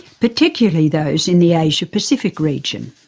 particularly those in the asia pacific region.